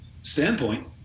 standpoint